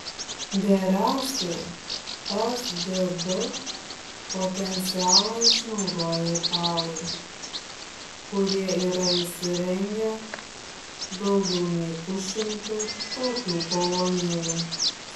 geriausiai sgd potencialą išnaudoja italai kurie yra įsirengę daugiau nei pusšimtį tokių kolonėlių